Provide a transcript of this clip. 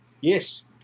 Yes